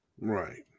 Right